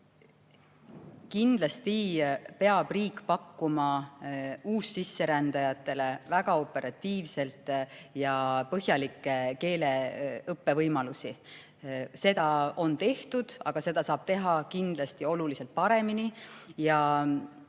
Kindlasti peab riik pakkuma uussisserändajatele väga operatiivselt põhjaliku keeleõppe võimalusi. Seda on tehtud, aga seda saab kindlasti teha oluliselt paremini.